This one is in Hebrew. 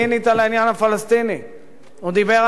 הוא דיבר על העניין של השוויון לערביי ישראל,